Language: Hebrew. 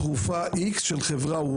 הלו, תתעוררו, הבעיה הרבה יותר גדולה.